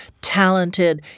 Talented